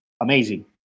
amazing